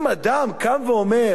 אם אדם קם ואומר: